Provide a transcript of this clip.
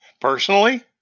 Personally